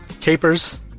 capers